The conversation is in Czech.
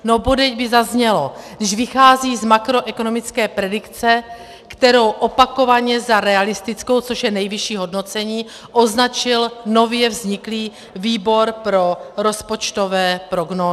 No bodejť by zaznělo, když vychází z makroekonomické predikce, kterou opakovaně za realistickou, což je nejvyšší hodnocení, označil nově vzniklý Výbor pro rozpočtové prognózy.